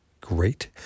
Great